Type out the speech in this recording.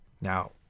Now